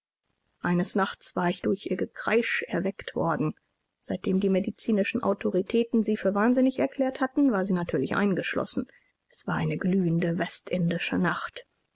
eines nachts war ich durch ihr gekreisch erweckt worden seitdem die medizinischen autoritäten sie für wahnsinnig erklärt hatten war sie natürlich eingeschlossen es war eine glühende westindische nacht